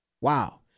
Wow